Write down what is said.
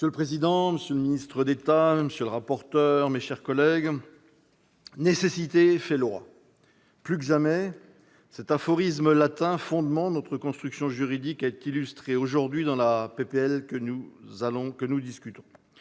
Monsieur le président, monsieur le ministre d'État, mes chers collègues, nécessité fait loi. Plus que jamais, cet aphorisme latin, fondement de notre construction juridique, est illustré aujourd'hui dans la proposition